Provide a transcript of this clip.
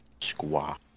Squaw